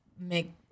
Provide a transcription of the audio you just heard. make